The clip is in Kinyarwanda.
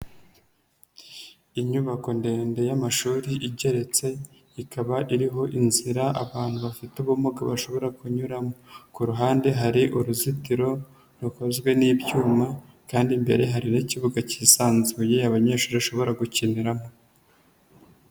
Inyubako ndende y'amashuri igeretse ikaba iriho inzira abantu bafite ubumuga bashobora kunyuramo, ku ruhande hari uruzitiro rukozwe n'ibyuma kandi imbere hari n'ikibuga kisanzuye abanyeshuri bashobora gukiniramo.